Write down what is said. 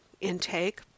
intake